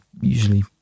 usually